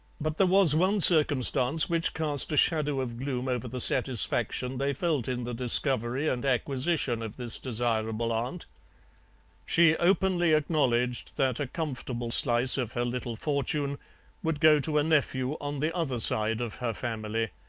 but there was one circumstance which cast a shadow of gloom over the satisfaction they felt in the discovery and acquisition of this desirable aunt she openly acknowledged that a comfortable slice of her little fortune would go to a nephew on the other side of her family.